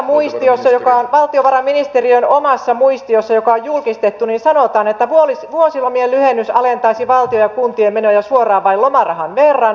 nyt valtiovarainministeriön omassa muistiossa joka on julkistettu sanotaan että vuosilomien lyhennys alentaisi valtion ja kuntien menoja suoraan vain lomarahan verran